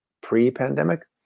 pre-pandemic